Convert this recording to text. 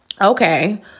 Okay